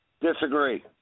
Disagree